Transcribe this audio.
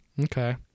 okay